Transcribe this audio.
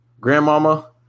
Grandmama